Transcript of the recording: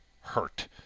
hurt